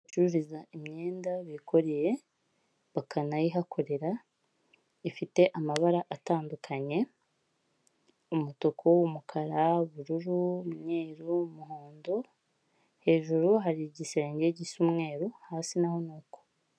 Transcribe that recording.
Ahantu bacururiza imyenda bikoreye bakanayihakorera ifite amabara atandukanye umutuku, umukara ,ubururu, n'umweru, umuhondo hejuru hari igisenge gisa umweru, hasi naho nuko.